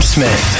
Smith